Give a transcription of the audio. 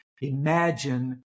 imagine